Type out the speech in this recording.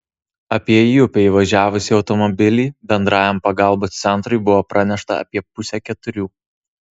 apie į upę įvažiavusį automobilį bendrajam pagalbos centrui buvo pranešta apie pusę keturių